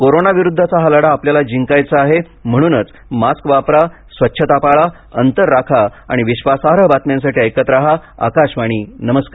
corona विरुद्धचा हा लढा आपल्याला जिंकायचा आहे म्हणूनच मास्क वापरा स्वच्छता पाळा अंतर राखा आणि विश्वासार्ह बातम्यांसाठी ऐकत रहा आकाशवाणी नमस्कार